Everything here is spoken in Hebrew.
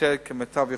שעושה כמיטב יכולתו.